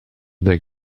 they